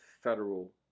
federal